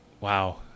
Wow